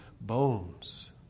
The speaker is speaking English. bones